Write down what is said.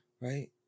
right